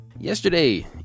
Yesterday